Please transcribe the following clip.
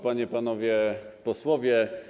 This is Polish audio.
Panie i Panowie Posłowie!